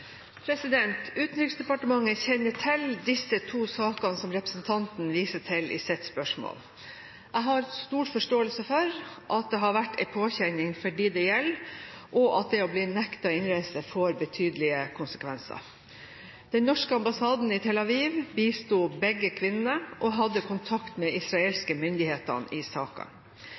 Utenriksdepartementet kjenner til disse to sakene representanten viser til i sitt spørsmål. Jeg har stor forståelse for at dette har vært en påkjenning for dem det gjelder, og at det å bli nektet innreise får betydelige konsekvenser. Den norske ambassaden i Tel Aviv bisto begge kvinnene og hadde kontakt med israelske myndigheter i